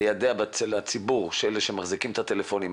ליידע בציבור של אלה שמחזיקים את הטלפונים האלה,